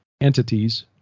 entities